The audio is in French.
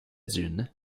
dunes